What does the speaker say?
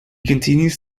continues